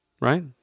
right